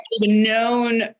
known